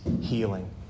healing